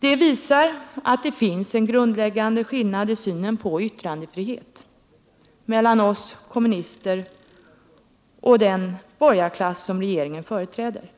Detta visar att det finns en grundläggande skillnad i synen på yttrandefrihet mellan oss kommunister och den borgarklass som regeringen företräder.